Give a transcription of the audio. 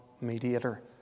mediator